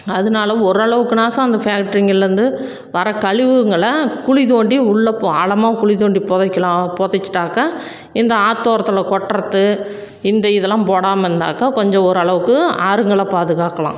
அதனால ஓரளவுக்குனாசும் அந்த ஃபேக்ட்ரிங்கள்லந்து வர்ற கழிவுங்களை குழி தோண்டி உள்ளே ஆழமாக குழி தோண்டி புதைக்கிலாம் புதைச்சிட்டாக்கா இந்த ஆத்தோரத்தில் கொட்டுறது இந்த இதெலாம் போடாமல் இருந்தாக்கா கொஞ்சம் ஓரளவுக்கு ஆறுங்களை பாதுகாக்கலாம்